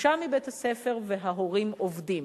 בחופשה מבית-הספר וההורים עובדים.